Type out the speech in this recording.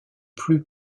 plus